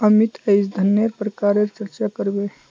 अमित अईज धनन्नेर प्रकारेर चर्चा कर बे